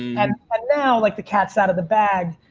and ah now, like the cat's out of the bag,